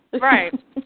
Right